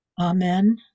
Amen